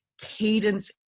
cadence